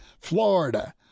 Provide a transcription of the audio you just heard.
florida